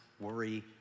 worry